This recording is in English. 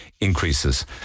increases